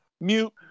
Mute